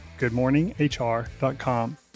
goodmorninghr.com